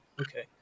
okay